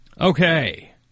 Okay